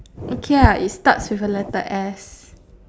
okay lah it starts with a letter S